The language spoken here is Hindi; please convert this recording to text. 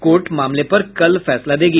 कोर्ट मामले पर कल फैसला देगी